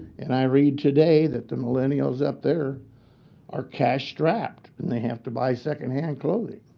and i read today that the millennials up there are cash strapped and they have to buy secondhand clothing.